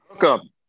Welcome